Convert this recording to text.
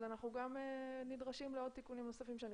אנחנו גם נדרשים לעוד תיקונים נוספים שאני